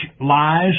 lies